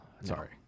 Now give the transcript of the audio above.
Sorry